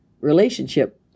relationship